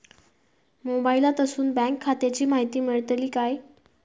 मोबाईलातसून बँक खात्याची माहिती मेळतली काय?